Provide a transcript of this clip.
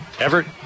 Everett